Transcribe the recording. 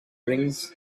rings